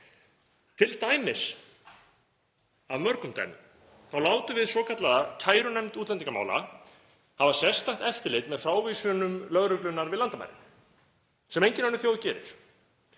Til dæmis, af mörgum dæmum, látum við svokallaða kærunefnd útlendingamála hafa sérstakt eftirlit með frávísunum lögreglunnar við landamærin, sem engin önnur þjóð gerir.